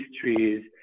trees